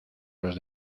los